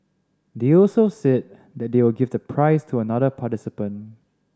they also said they will give the prize to another participant